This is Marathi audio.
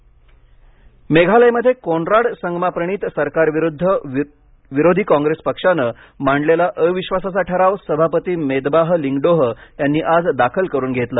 मेघालय मेघालयमध्ये कोनराड संगमा प्रणित सरकारविरुद्ध विरोधी काँग्रेस पक्षानं मांडलेला अविश्वासाचा ठराव सभापती मेतबाह लिंगडोह यांनी आज दाखल करुन घेतला